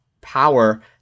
power